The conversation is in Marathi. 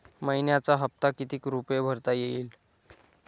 मइन्याचा हप्ता कितीक रुपये भरता येईल?